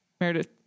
Meredith